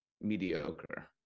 mediocre